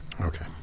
Okay